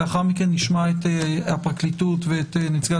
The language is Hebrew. לאחר מכן נשמע את הפרקליטות ואת נציגי